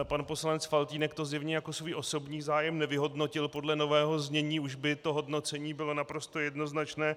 Pan poslanec Faltýnek to zjevně jako svůj osobní zájem nevyhodnotil, podle nového znění už by hodnocení bylo naprosto jednoznačné.